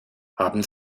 haben